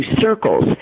circles